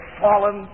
fallen